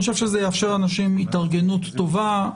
אני חושב שזה יאפשר לאנשים התארגנות טובה.